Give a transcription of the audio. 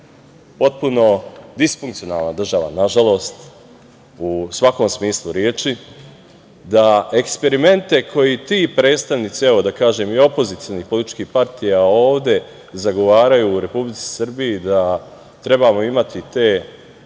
potpuno disfunkcionalna država, nažalost, u svakom smislu reči, da eksperimente koje ti predstavnici i opozicionih političkih partija ovde zagovaraju u Republici Srbiji da trebamo imati te